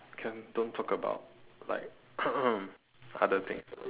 can don't talk about like other thing